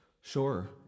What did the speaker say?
Sure